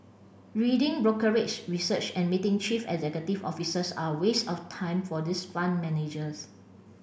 reading brokerage research and meeting chief executive officers are a waste of time for this fund managers